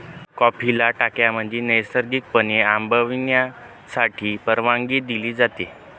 कॉफीला टाक्यांमध्ये नैसर्गिकपणे आंबवण्यासाठी परवानगी दिली जाते